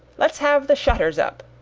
let's have the shutters up,